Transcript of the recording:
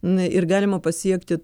na ir galima pasiekti